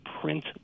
print